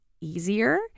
easier